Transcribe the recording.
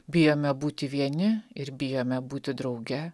bijome būti vieni ir bijome būti drauge